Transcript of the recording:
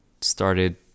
started